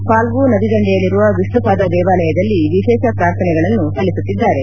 ಫಾಲ್ಗು ನದಿ ದಂಡೆಯಲ್ಲಿರುವ ವಿಷ್ಣುಪಾದ ದೇವಾಲಯದಲ್ಲಿ ವಿಶೇಷ ಪ್ರಾರ್ಥನೆಗಳನ್ನು ಸಲ್ಲಿಸುತ್ತಿದ್ದಾರೆ